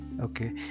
Okay